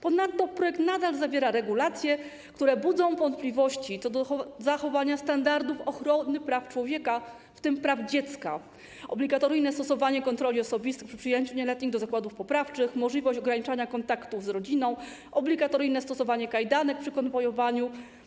Ponadto projekt nadal zawiera regulacje, które budzą wątpliwości co do zachowania standardów ochrony praw człowieka, w tym praw dziecka: obligatoryjne stosowanie kontroli osobistej przy przyjęciu nieletnich do zakładów poprawczych, możliwość ograniczania kontaktów z rodziną, obligatoryjne stosowanie kajdanek przy konwojowaniu.